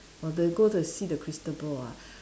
or they go the see the crystal ball ah